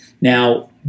Now